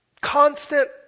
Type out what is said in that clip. constant